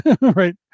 Right